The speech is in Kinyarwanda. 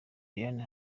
liliane